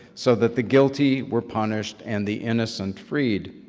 so that the guilty were punished, and the innocent freed.